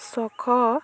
ছশ